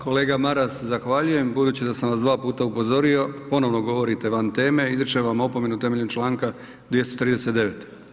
Kolega Maras zahvaljujem, budući da sam vas dva puta upozorio, ponovno govorite van teme, izričem vam opomenu temeljem članka 239.